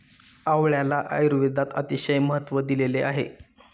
आवळ्याला आयुर्वेदात अतिशय महत्त्व दिलेले आहे